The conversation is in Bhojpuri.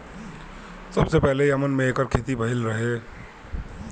सबसे पहिले यमन में एकर खेती भइल रहे